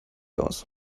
aus